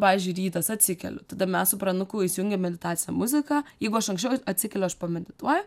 pavyzdžiui rytas atsikeliu tada mes su pranuku įsijungiam meditacinę muziką jeigu aš anksčiau atsikeliu aš pamedituoju